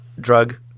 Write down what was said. drug